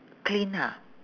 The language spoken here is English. clean ha